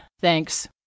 Thanks